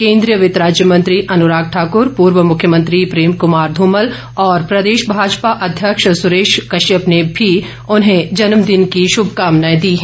केन्द्रीय वित्त राज्य मंत्री अनुराग ठाकुर पूर्व मुख्यमंत्री प्रेम कुमार धूमल और प्रदेश भाजपा अध्यक्ष सुरेश कश्यप ने भी उन्हें जन्मदिन की शुभकामनाए दी हैं